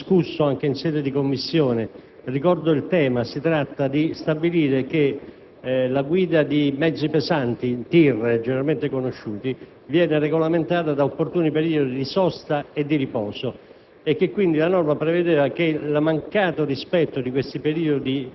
Il tema trattato all'articolo 14, riguardante la disciplina di guida dei veicoli adibiti al trasporto di persone e cose, è stato particolarmente dibattuto